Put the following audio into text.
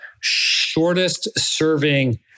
shortest-serving